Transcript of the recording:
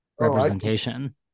Representation